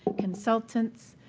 consultants,